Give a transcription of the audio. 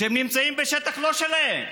שנמצאים בשטח לא שלהם?